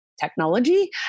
technology